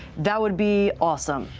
that would be awesome.